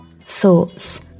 thoughts